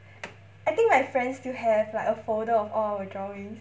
I think my friend still have like a folder of all my drawings